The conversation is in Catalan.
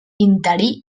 interí